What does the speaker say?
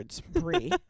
Brie